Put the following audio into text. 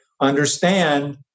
understand